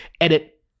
edit